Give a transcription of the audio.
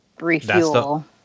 refuel